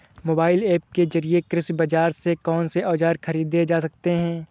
Mobile app के जरिए कृषि बाजार से कौन से औजार ख़रीदे जा सकते हैं?